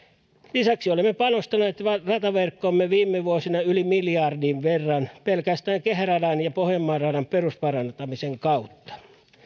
lisäksi olemme panostaneet rataverkkoomme viime vuosina yli miljardin verran pelkästään kehäradan ja pohjanmaan radan perusparantamisen kautta